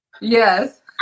Yes